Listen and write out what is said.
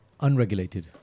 unregulated